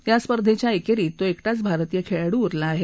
या स्पर्धेच्या एकरीत तो एकटाच भारतीय खेळाडू उरला आहे